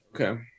Okay